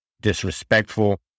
disrespectful